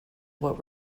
what